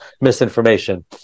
misinformation